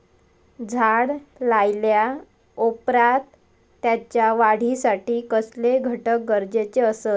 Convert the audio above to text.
झाड लायल्या ओप्रात त्याच्या वाढीसाठी कसले घटक गरजेचे असत?